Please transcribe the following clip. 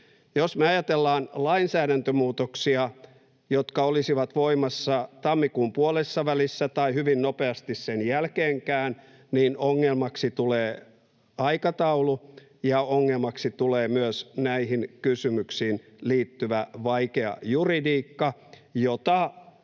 Jos me ajatellaan lainsäädäntömuutoksia, jotka olisivat voimassa tammikuun puolessavälissä tai hyvin nopeasti sen jälkeenkin, niin ongelmaksi tulee aikataulu ja ongelmaksi tulee myös näihin kysymyksiin liittyvä vaikea juridiikka, jota